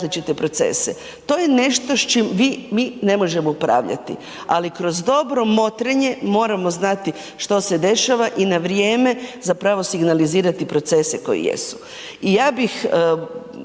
To je nešto s čim vi, mi ne možemo upravljati, ali kroz dobro motrenje moramo znati što se dešava i na vrijeme zapravo signalizirati procese koji jesu.